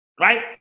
right